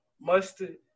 mustard